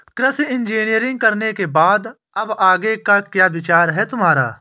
कृषि इंजीनियरिंग करने के बाद अब आगे का क्या विचार है तुम्हारा?